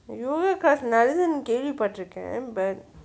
yoga class நல்லது னு கேள்வி பட்டிருக்கேன்:nallathunu kelvi pattiruken but